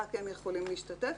רק הם יכולים להשתתף